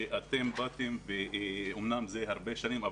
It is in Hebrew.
שאתם באתם ואמנם זה הרבה שנים,